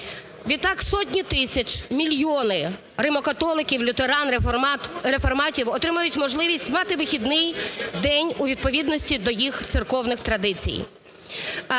Відтак сотні тисяч, мільйони римо-католиків, лютеран, реформатів отримають можливість мати вихідний день у відповідності до їх церковних традицій.